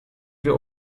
wir